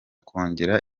kongera